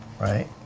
right